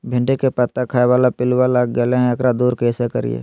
भिंडी के पत्ता खाए बाला पिलुवा लग गेलै हैं, एकरा दूर कैसे करियय?